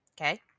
okay